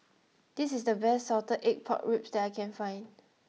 this is the best Salted Egg Pork Ribs that I can find